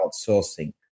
outsourcing